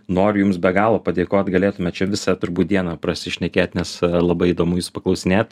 noriu jums be galo padėkot galėtume čia visą turbūt dieną pasišnekėt nes labai įdomu jūsų paklausinėt